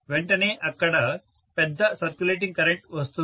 వెంటనే అక్కడ పెద్ద సర్క్యులేటింగ్ కరెంట్ వస్తుంది